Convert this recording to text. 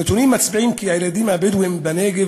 הנתונים מצביעים כי הילדים הבדואים בנגב